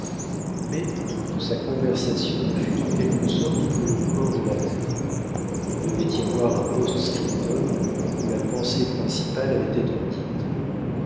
mais toute sa conversation ne fut en quelque sorte que le corps de la lettre il devait y avoir un post-scriptum où la pensée principale allait être dite